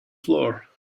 floor